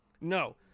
No